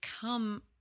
come